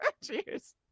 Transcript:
Cheers